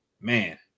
Man